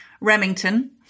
Remington